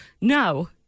no